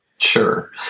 Sure